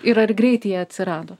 ir ar greit jie atsirado